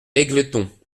égletons